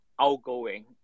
outgoing